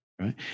Right